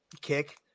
kick